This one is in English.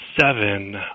seven